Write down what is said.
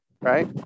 Right